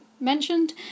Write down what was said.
mentioned